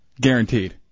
Guaranteed